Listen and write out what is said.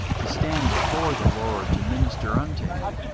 to stand before the lord to minister unto him,